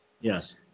Yes